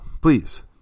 please